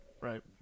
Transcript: Right